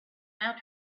now